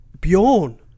Bjorn